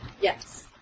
Yes